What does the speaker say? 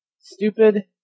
stupid